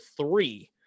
three